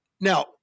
Now